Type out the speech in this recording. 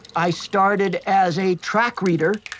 i started as a track reader,